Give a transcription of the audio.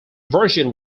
version